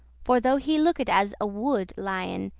for, though he looked as a wood lion,